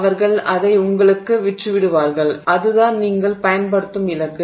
அவர்கள் அதை உங்களுக்கு விற்றுவிடுவார்கள் அதுதான் நீங்கள் பயன்படுத்தும் இலக்கு